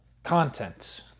content